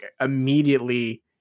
immediately